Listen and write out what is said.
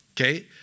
okay